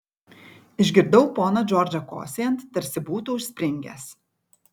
išgirdau poną džordžą kosėjant tarsi būtų užspringęs